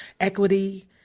equity